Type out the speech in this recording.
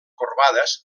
corbades